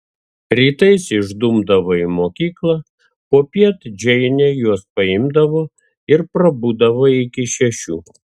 rytais išdumdavo į mokyklą popiet džeinė juos paimdavo ir prabūdavo iki šešių